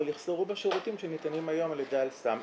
אבל יחסרו בה שירותים שניתנים היום על ידי "אל סם",